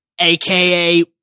AKA